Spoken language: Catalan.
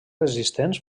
resistents